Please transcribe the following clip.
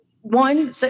one